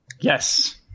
Yes